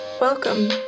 welcome